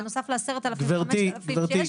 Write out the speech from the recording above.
בנוסף ל-10 אלף שיש פה,